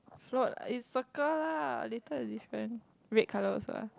float is circle lah later is different red colour also ah